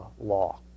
law